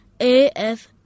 AF